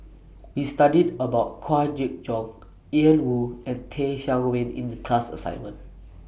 We studied about Kwa Geok Choo Ian Woo and Teh Cheang Wan in The class assignment